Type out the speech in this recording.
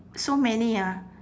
so many ah